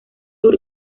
sur